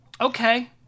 okay